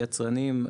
יצרנים,